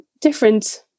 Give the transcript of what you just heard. different